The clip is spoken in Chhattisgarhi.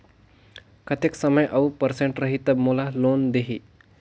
कतेक समय और परसेंट रही तब मोला लोन देही?